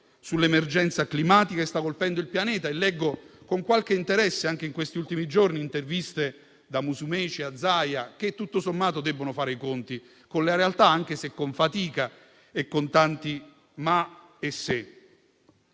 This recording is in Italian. sull'emergenza climatica che sta colpendo il pianeta. Leggo con qualche interesse, anche in questi ultimi giorni, interviste, da Musumeci a Zaia, che tutto sommato debbono fare i conti con la realtà, anche se con fatica e con tanti "ma" e "se".